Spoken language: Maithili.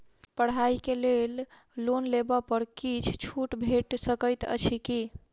पढ़ाई केँ लेल लोन लेबऽ पर किछ छुट भैट सकैत अछि की?